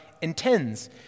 intends